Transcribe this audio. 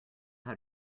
how